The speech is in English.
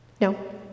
No